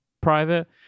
private